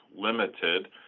limited